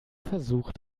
versucht